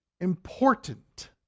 important